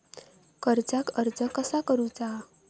कर्जाक अर्ज कसा करुचा?